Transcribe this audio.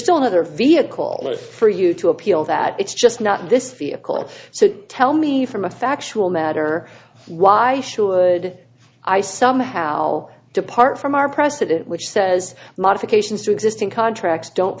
still another vehicle for you to appeal that it's just not this vehicle so tell me from a factual matter why should i somehow depart from our precedent which says modifications to existing contracts don't